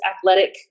athletic